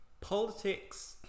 Politics